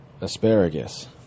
asparagus